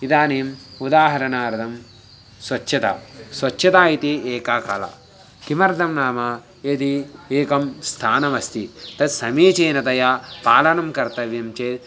इदानीम् उदाहरणार्थं स्वच्छता स्वच्छता इति एका कला किमर्थं नाम यदि एकं स्थानमस्ति तत् समीचीनतया पालनं कर्तव्यं चेत्